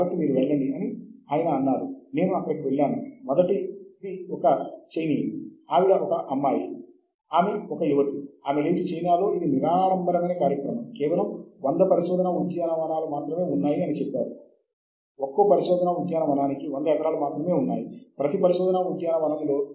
కాబట్టి ఈ విధంగా వాస్తవానికి మనం వెళ్ళవచ్చు మరియు నిర్దిష్ట పరిశోధనా ప్రాంతం యొక్క మొత్తం నేపథ్యాన్ని కనుగొనవచ్చు